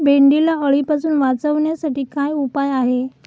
भेंडीला अळीपासून वाचवण्यासाठी काय उपाय आहे?